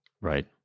Right